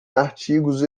artigos